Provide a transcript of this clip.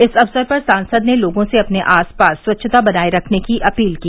इस अक्सर पर सांसद ने लोगों से अपने आसपास स्वच्छता बनाये रखने की अपील की